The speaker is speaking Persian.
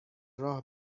راه